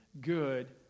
good